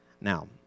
Now